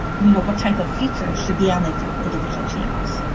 you know what type of features should be on the individual channels.